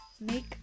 make